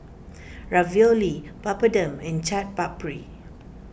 Ravioli Papadum and Chaat Papri